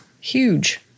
Huge